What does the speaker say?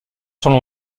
sont